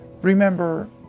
remember